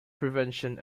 prevention